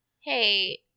hey